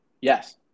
Yes